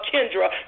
Kendra